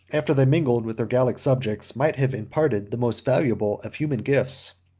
after they mingled with their gallic subjects, might have imparted the most valuable of human gifts,